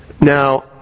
Now